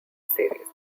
series